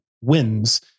wins